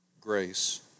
grace